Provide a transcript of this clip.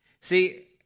See